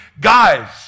guys